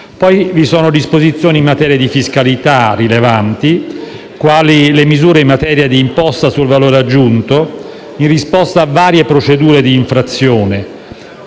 poi rilevanti disposizioni in materia di fiscalità, quali le misure in materia di imposta sul valore aggiunto, in risposta a varie procedure di infrazione.